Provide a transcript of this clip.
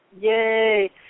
Yay